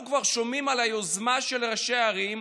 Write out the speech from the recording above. אנחנו כבר שומעים על היוזמה של ראשי הערים,